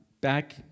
back